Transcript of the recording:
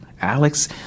Alex